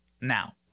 now